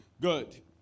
Good